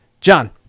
John